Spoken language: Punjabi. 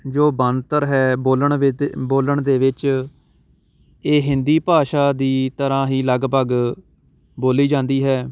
ਜੋ ਬਣਤਰ ਹੈ ਬੋਲਣ ਵ ਬੋਲਣ ਦੇ ਵਿੱਚ ਇਹ ਹਿੰਦੀ ਭਾਸ਼ਾ ਦੀ ਤਰ੍ਹਾਂ ਹੀ ਲਗਭਗ ਬੋਲੀ ਜਾਂਦੀ ਹੈ